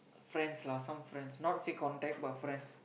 friends lah some friends not say contact but friends